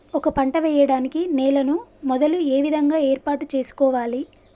ఒక పంట వెయ్యడానికి నేలను మొదలు ఏ విధంగా ఏర్పాటు చేసుకోవాలి?